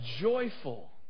joyful